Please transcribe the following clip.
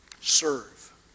Serve